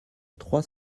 trois